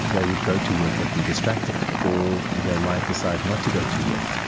they would go to work but be distracted, or they might decide not to go to work,